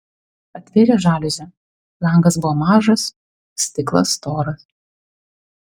atvėrė žaliuzę langas buvo mažas stiklas storas